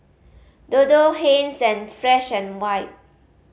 Dodo Heinz and Fresh and White